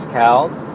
cows